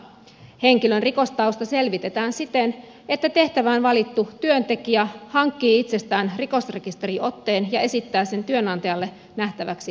henkilön rikostausta selvitetään siten että tehtävään valittu työntekijä hankkii itsestään rikosrekisteriotteen ja esittää sen työnantajalle nähtäväksi tämän pyynnöstä